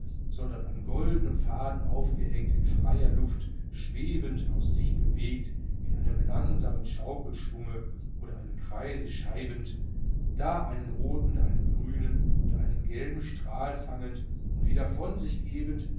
sondern an goldenem faden aufgehängt in freier luft schwebend aus sich bewegt in einem langsamen schaukelschwunge oder einen kreis schreibend da einen roten da einen grünen da einen gelben strahl fangend und wieder von sich gebend